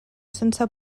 sense